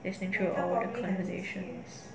listening to all our conversations